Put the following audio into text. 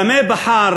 במה בחרה